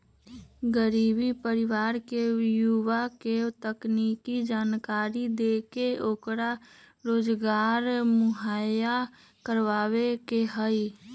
गरीब परिवार के युवा के तकनीकी जानकरी देके ओकरा रोजगार मुहैया करवावे के हई